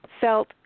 felt